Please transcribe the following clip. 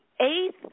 eighth